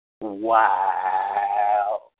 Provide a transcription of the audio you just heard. Wow